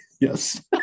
Yes